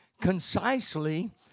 concisely